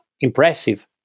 impressive